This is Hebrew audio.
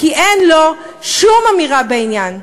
כי אין לו שום אמירה בעניין.